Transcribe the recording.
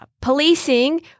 policing